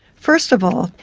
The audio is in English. first of all,